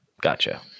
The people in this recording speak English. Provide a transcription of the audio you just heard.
gotcha